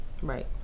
Right